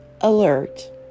alert